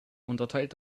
unterteilt